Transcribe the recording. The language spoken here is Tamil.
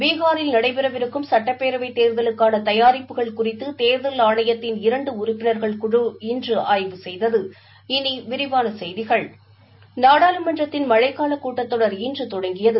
பீகாரில் நடைபெறவிருக்கும் சட்டப்பேரவைத் தேர்தலுக்காள தயாரிப்புகள் தேர்தல் குறித்து ஆணையத்தின் இரண்டு உறுப்பினர்கள் குழி இன்று ஆய்வு செய்தது நாடாளுமன்றத்தின் மழைக்காலக் கூட்டத் தொடர் இன்று தொடங்கியது